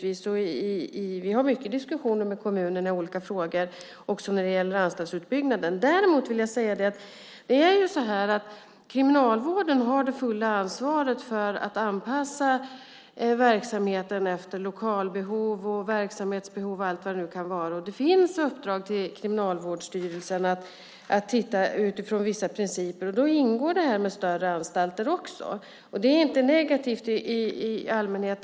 Vi har mycket diskussioner med kommunerna i olika frågor, också när det gäller anstaltsutbyggnaden. Däremot vill jag säga att det är Kriminalvården som har det fulla ansvaret för att anpassa verksamheten efter lokalbehov, verksamhetsbehov och allt vad det kan vara. Det finns uppdrag till Kriminalvårdsstyrelsen att titta utifrån vissa principer, och då ingår det här med större anstalter också. Det är inte negativt i allmänhet.